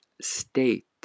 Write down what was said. state